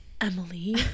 emily